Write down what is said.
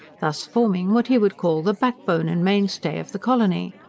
thus forming what he would call the backbone and mainstay of the colony.